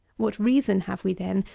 what reason have we, then,